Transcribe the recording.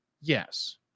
Yes